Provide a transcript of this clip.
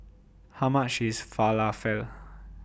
How much IS Falafel